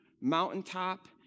mountaintop